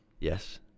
Yes